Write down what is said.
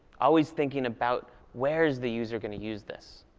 always thinking about where's the user going to use this.